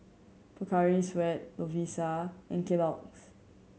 Pocari Sweat Lovisa and Kellogg's